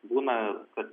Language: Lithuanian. būna kad